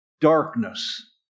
darkness